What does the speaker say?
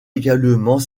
également